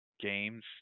games